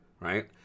right